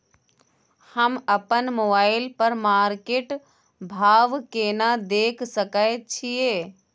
हम अपन मोबाइल पर मार्केट भाव केना देख सकै छिये?